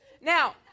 now